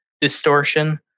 distortion